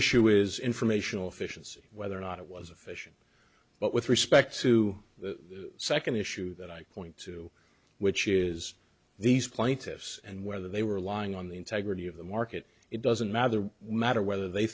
issue is informational efficiency whether or not it was efficient but with respect to the second issue that i point to which is these plaintiffs and whether they were lying on the integrity of the market it doesn't matter matter whether they